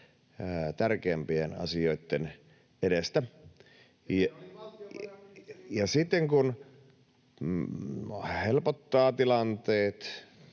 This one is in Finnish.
tärkeämpien asioitten edestä. Ja sitten kun tilanteet